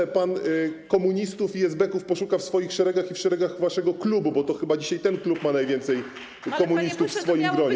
Niech pan komunistów i esbeków poszuka w swoich szeregach i w szeregach waszego klubu, bo chyba dzisiaj ten klub ma najwięcej komunistów w swoim gronie.